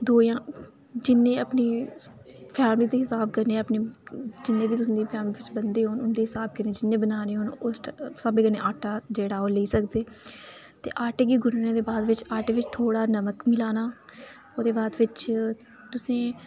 दो जां जिन्ने अपनी फैमिली दे हिसाब कन्नै अपने जिन्ने बी तुं'दी फैमिली च बंदे होन उन्दे स्हाब कन्नै जिन्ने बनाने होन उस स्हाबे कन्नै आटा जेह्ड़ा ओह् लेई सकदे ते आटे गी गुन्नने दे बाद आटे बिच्च थोह्ड़ा नकम मिलाना ते ओह्दे बाद बिच तुसें